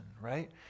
right